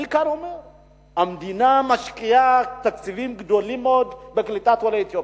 אני אומר שהממשלה משקיעה תקציבים גדולים מאוד בקליטת עולי אתיופיה,